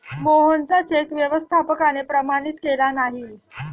मोहनचा चेक व्यवस्थापकाने प्रमाणित केला नाही